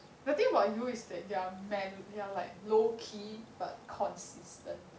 the thing about you is that you are you are like low key but consistent